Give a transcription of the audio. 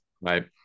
right